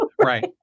Right